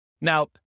Now